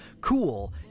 Cool